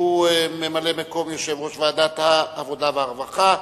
שהוא ממלא-מקום יושב-ראש ועדת העבודה והרווחה,